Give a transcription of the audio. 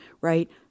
right